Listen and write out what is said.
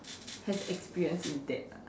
has experience in that lah